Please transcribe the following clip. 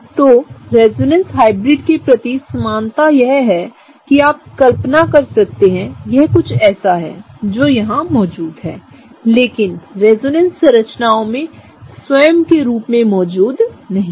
तोरेजोनेंस hybrid केप्रतिसमानतायह है कि आप कल्पना कर सकते हैं कि यह कुछ ऐसा है जो मौजूद है लेकिनरेजोनेंस संरचनाओं में स्वयं के रूप में मौजूद नहीं है